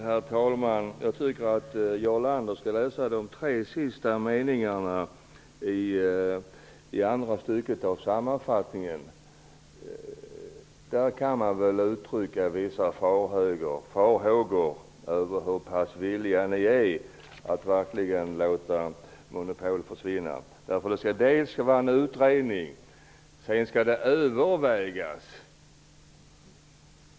Herr talman! Jag tycker att Jarl Lander skall läsa de tre sista meningarna i andra stycket i sammanfattningen. Man kan uttrycka vissa farhågor när det gäller hur villiga ni är att verkligen låta monopol försvinna. Ni säger nämligen att det skall göras en utredning och att detta sedan skall övervägas.